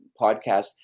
podcast